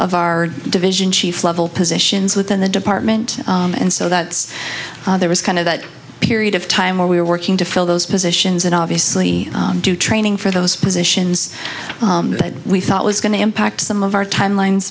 of our division chief level positions within the department and so that's there is kind of that period of time where we are working to fill those positions and obviously do training for those positions that we thought was going to impact some of our timelines